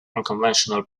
unconventional